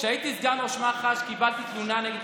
כשהייתי סגן ראש מח"ש קיבלתי תלונה נגד